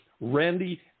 Randy